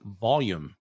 volume